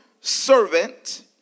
servant